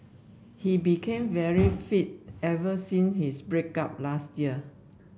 he became very fit ever since his break up last year